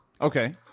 Okay